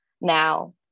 Now